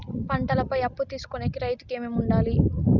పంటల పై అప్పు తీసుకొనేకి రైతుకు ఏమేమి వుండాలి?